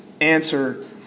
answer